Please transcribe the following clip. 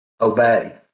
obey